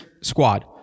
squad